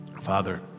Father